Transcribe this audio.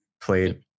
played